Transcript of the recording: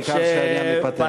העיקר שהעניין ייפתר.